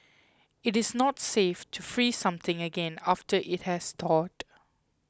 it is not safe to freeze something again after it has thawed